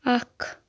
اکھ